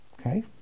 Okay